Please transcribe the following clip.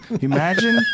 imagine